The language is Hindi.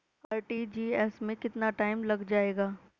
आर.टी.जी.एस में कितना टाइम लग जाएगा?